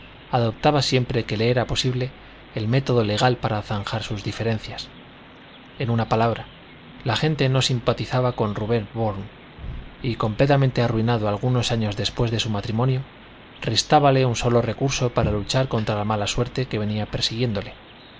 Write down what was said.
adoptaba siempre que le era posible el método legal para zanjar sus diferencias en una palabra la gente no simpatizaba con rubén bourne y completamente arruinado algunos años después de su matrimonio restábale un sólo recurso para luchar contra la mala suerte que venía persiguiéndole